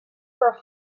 where